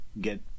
get